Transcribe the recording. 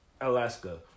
Alaska